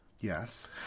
Yes